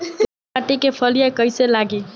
पीयर माटी में फलियां कइसे लागी?